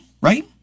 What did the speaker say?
right